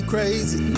Crazy